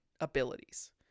abilities